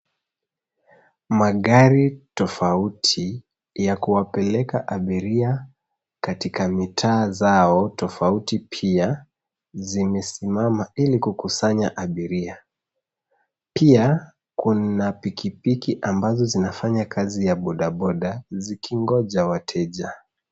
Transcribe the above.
Magari tafauti ya kuwapeleka abiria katika mitaa zao tafauti pia, zimesimama ili kukusanya abiria pia kuna pikipiki ambazo zinafanya ya bodaboda zikingoja wateja.